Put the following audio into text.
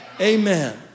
Amen